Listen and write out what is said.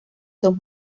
son